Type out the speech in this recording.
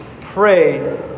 pray